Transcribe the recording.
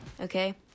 Okay